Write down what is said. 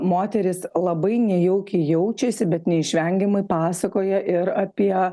moteris labai nejaukiai jaučiasi bet neišvengiamai pasakoja ir apie